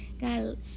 God